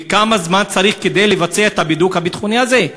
וכמה זמן צריך כדי לבצע את הבידוק הביטחוני הזה?